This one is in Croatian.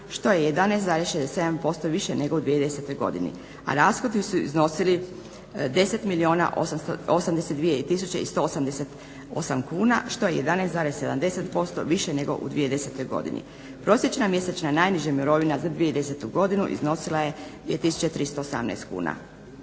što je 11,67% više nego u 2010.godini, a rashodi su iznosili 10 milijuna 82 tisuće 188 kuna što je 11,70% više nego u 2010. Prosječna mjesečna najniža mirovina za 2010.godinu iznosila je 2 tisuće